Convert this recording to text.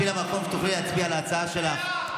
גשי למקום כדי שתוכלי להצביע על ההצעה שלך.